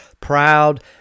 proud